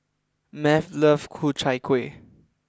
Math loves Ku Chai Kueh